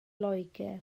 loegr